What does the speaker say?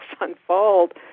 unfold